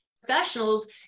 professionals